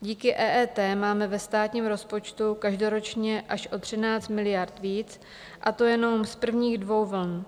Díky EET máme ve státním rozpočtu každoročně až o 13 miliard víc, a to jenom z prvních dvou vln.